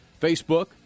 Facebook